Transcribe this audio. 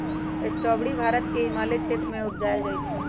strawberry Bharat के हिमालय क्षेत्र में उपजायल जाइ छइ